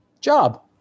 job